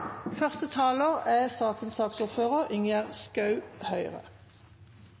første talar er